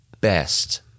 best